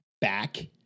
back